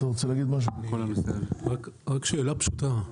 רק שאלה פשוטה.